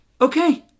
okay